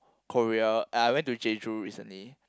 Korea and I went to Jeju recently